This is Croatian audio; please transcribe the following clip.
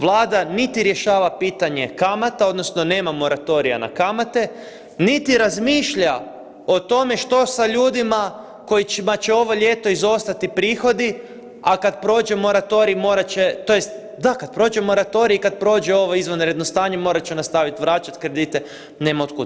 Vlada niti rješava pitanje kamata, odnosno nema moratorija na kamate, niti razmišlja o tome što sa ljudima kojima će ovo ljeto izostati prihodi, a kad prođe moratorij morat će, tj. da, kad prođe moratorij i kad prođe ovo izvanredno stanje, morat će nastaviti vraćati kredita, nema od kud.